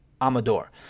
Amador